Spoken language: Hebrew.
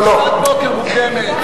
זו שעת בוקר מוקדמת.